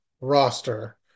roster